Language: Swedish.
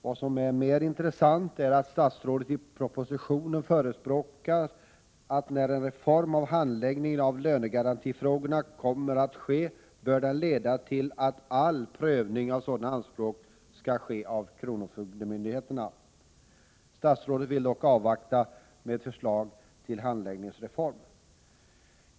Vad som är mer intressant är att statsrådet i propositionen förespråkar, att när en reform av handläggningen av lönegarantifrågorna kommer att genomföras bör den leda till att all prövning av sådana anspråk skall göras av kronofogdemyndigheterna. Statsrådet vill dock avvakta med ett förslag till handläggningsreform.